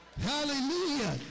Hallelujah